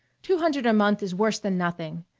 two hundred a month is worse than nothing.